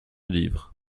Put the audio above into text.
livres